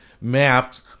mapped